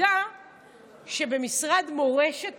שתדע שבמשרד מורשת,